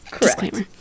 Disclaimer